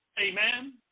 Amen